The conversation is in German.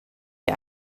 die